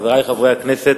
חברי חברי הכנסת,